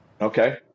Okay